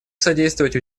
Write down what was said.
содействовать